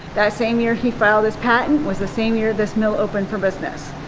that same year he filed his patent was the same year this mill opened for business.